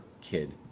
kid